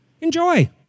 enjoy